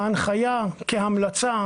ההנחיה כהמלצה,